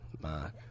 Mark